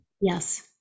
Yes